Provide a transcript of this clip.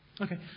Okay